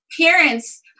parents